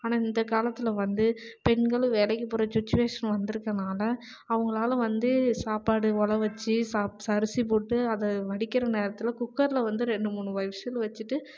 ஆனால் இந்த காலத்தில் வந்து பெண்களும் வேலைக்கு போகிற சுச்வேஷன் வந்துருக்கனால் அவங்களால வந்து சாப்பாடு உலை வச்சு சாப் அரிசி போட்டு அதை வடிக்கிற நேரத்தில் குக்கரில் வந்து ரெண்டு மூணு விசில் வச்சிகிட்டு